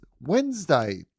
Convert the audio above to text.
Wednesday